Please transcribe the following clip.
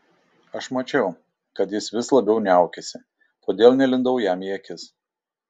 aš mačiau kad jis vis labiau niaukiasi todėl nelindau jam į akis